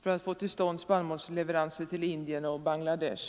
för att få till stånd ökade spannmålsleveranser till Indien och Bangladesh.